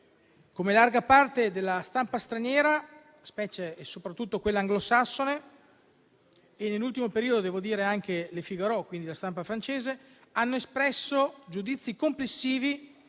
come larga parte della stampa straniera, specie e soprattutto quella anglosassone, e nell'ultimo periodo devo dire anche «Le Figaro» (quindi anche la stampa francese) hanno espresso giudizi complessivi